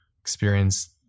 experience